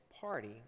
party